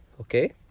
okay